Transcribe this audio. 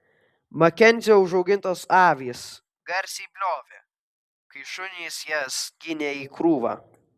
makenzio užaugintos avys garsiai bliovė kai šunys jas ginė į krūvą